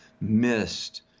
missed